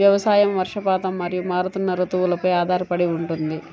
వ్యవసాయం వర్షపాతం మరియు మారుతున్న రుతువులపై ఆధారపడి ఉంటుంది